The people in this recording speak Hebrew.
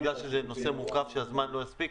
מכיוון שזה נושא מורכב שהזמן לא יספיק,